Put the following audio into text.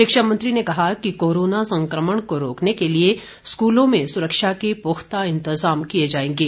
शिक्षा मंत्री ने कहा कि कोरोना संक्रमण को रोकने के लिए स्कूलों में सुरक्षा के पुख्ता इंतजाम किए जाएंगे